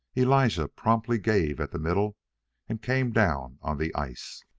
elijah promptly gave at the middle and came down on the ice.